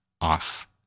off